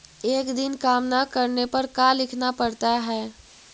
एक दिन काम न करने पर का लिखना पड़ता है?